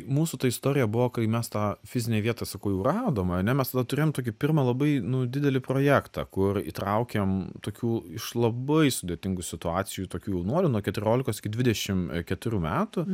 mūsų ta istorija buvo kai mes tą fizinę vietą sakau jau radom ane mes tada turėjom tokį pirmą labai nu didelį projektą kur įtraukėm tokių iš labai sudėtingų situacijų tokių jaunuolių nuo keturiolikos iki dvidešim keturių metų